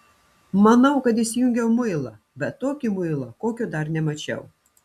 manau kad įsijungiau muilą bet tokį muilą kokio dar nemačiau